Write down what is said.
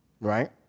right